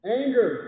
anger